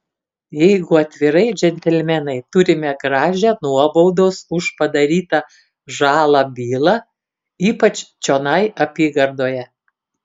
jeigu atvirai džentelmenai turime gražią nuobaudos už padarytą žalą bylą ypač čionai apygardoje